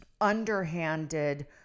underhanded